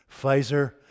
Pfizer